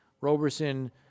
Roberson